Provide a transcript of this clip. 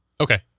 Okay